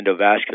endovascular